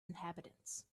inhabitants